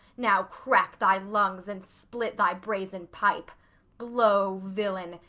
now crack thy lungs and split thy brazen pipe blow, villain,